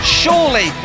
surely